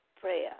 prayer